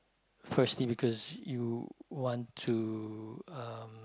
firstly because you want to uh